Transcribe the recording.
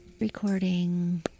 Recording